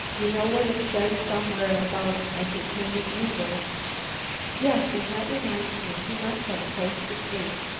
you know what it says somewhere about entertaining angels yes, and that reminds me. he must have a place to sleep.